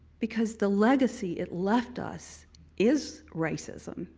because the legacy it left us is racism,